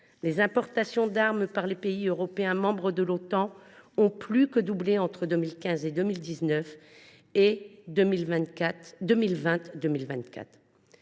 Les importations d’armes par les pays européens membres de l’Otan ont plus que doublé entre les périodes 2015 2019 et 2020 2024.